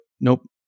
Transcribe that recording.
Nope